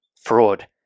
fraud